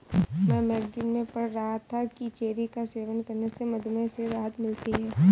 मैं मैगजीन में पढ़ रहा था कि चेरी का सेवन करने से मधुमेह से राहत मिलती है